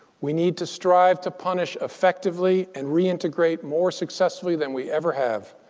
we need to strive to punish effectively and reintegrate more successfully than we ever have.